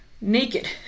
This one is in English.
Naked